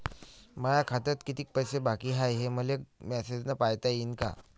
माया खात्यात कितीक पैसे बाकी हाय, हे मले मॅसेजन पायता येईन का?